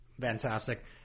fantastic